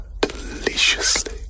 deliciously